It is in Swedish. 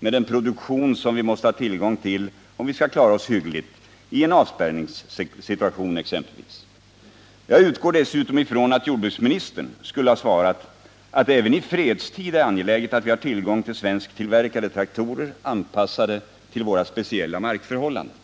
med en produktion som vi måste ha tillgång till om vi skall klara oss hyggligt exempelvis i en avspärrningssituation. Jag utgår dessutom ifrån att jordbruksministern skulle ha svarat att det även i fredstid är angeläget att vi har tillgång till svensktillverkade traktorer anpassade till våra speciella markförhållanden.